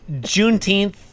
Juneteenth